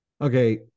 Okay